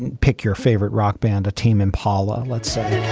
and pick your favorite rock band a tame impala. let's say